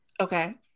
Okay